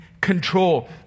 control